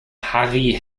harry